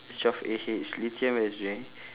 twelve A_H lithium battery